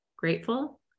grateful